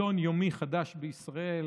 עיתון יומי חדש בישראל.